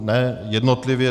Ne, jednotlivě.